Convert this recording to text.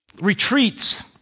retreats